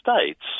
states